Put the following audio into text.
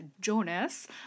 jonas